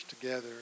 together